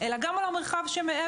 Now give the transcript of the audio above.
אלא גם על המרחב שמעבר.